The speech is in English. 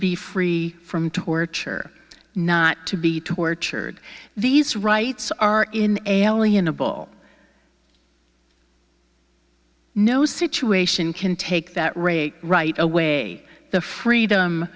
be free from torture not to be tortured these rights are inalienable no situation can take that rape right away the freedom